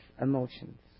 emotions